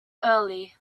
early